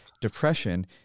depression